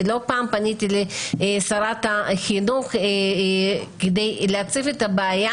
ולא פעם פניתי לשרת החינוך כדי להציף את הבעיה.